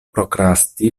prokrasti